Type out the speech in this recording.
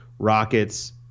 Rockets